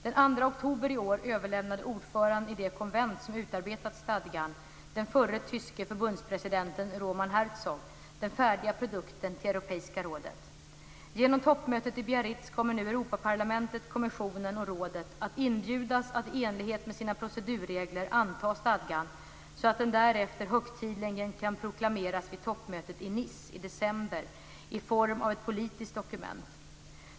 Den 2 oktober i år överlämnade ordföranden i det konvent som utarbetat stadgan, den förre tyske förbundspresidenten Roman Herzog, den färdiga produkten till Europeiska rådet. Genom toppmötet i Biarritz kommer nu Europaparlamentet, kommissionen och rådet att inbjudas att i enlighet med sina procedurregler anta stadgan så att den därefter högtidligen kan proklameras vid toppmötet i Nice i december i form av ett politiskt dokument.